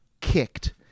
kicked